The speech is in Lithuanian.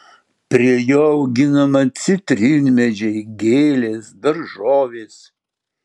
prie jo auginama citrinmedžiai gėlės daržovės